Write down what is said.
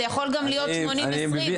זה יכול להיות גם 80 - 20.